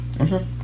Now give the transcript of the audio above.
Okay